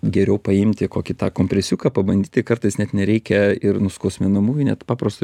geriau paimti kokį tą kompresiuką pabandyti kartais net nereikia ir nuskausminamųjų net paprasto